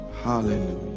Hallelujah